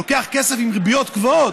הוא לוקח כסף עם ריביות גבוהות,